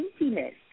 emptiness